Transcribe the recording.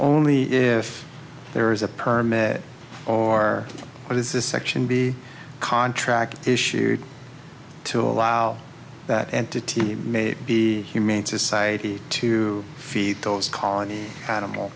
only if there is a permit or what is this section be a contract issue to allow that entity may be humane society to feed those colony animal